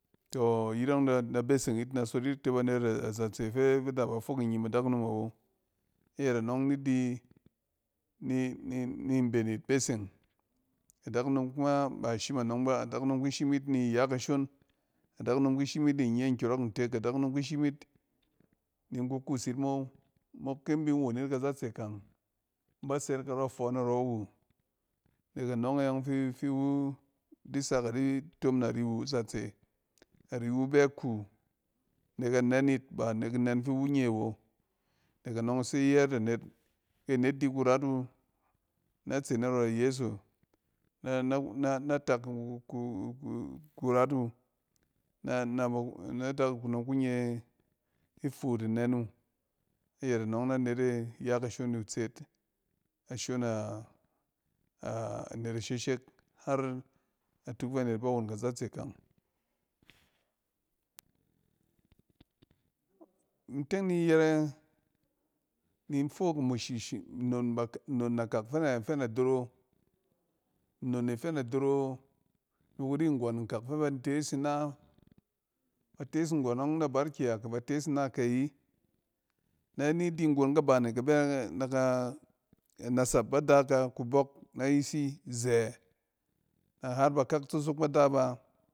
Tↄ, iyit ↄng in da beseng yit in da sot yit tɛ banet azatse fɛ da ba fok nnyim adakunom awo. Ayɛt anↄng ni di ni-ni-ni mben yit beseng adakunom kuma ba shim anↄng ba. Adakunom ki shim yit ni ya kashon, adakunom kishim yit ni nye nkyↄrↄk ntek, adakunom ki shim yit ni nku kuus yit mom ok ki in bin won yit kazatse kang in ba sɛt karↄ ifↄↄn narↄ wu. Nek anↄng e ↄng fi wu di sak a di tom na ri wu sak na zatse. Ari wu bɛ kuu nek anɛ’n yit ba nek inɛn fi iwu nye awo. Nek anↄng ise yɛɛt anet, ke net di ku rat wu nɛ tse narↄ yeso na-na tak ku raat wu na ba ku, na adakunom kun ye ifuut inɛn wu. Ayɛt anↄng nɛ net e ya kashon ni ku tseet a shon net isheshek har atuk fɛ net ba won kazatse kang. In tɛn ni nyɛrɛ ni in fok amushish nnon bak-nnon nakak fɛ na doro. Nnon e fɛ na doro ni kuri nggↄn nkak fɛ ba tees na, ba tees nggↄn na barki na kɛ ba tees ina kɛ yi nɛ ni di nggon ka bane kabɛ, naka nasap ba da ka kubↄk na yisi zɛɛ har ba kak tsosok ba da ba.